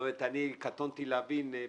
קטונתי מלהבין.